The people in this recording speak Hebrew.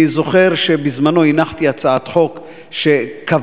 אני זוכר שבזמנו הנחתי הצעת חוק שקבעה,